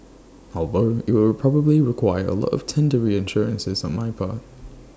although IT will probably require A lot of tender reassurances on my part